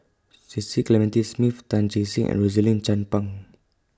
Cecil Clementi Smith Tan Che Sang and Rosaline Chan Pang